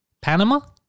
Panama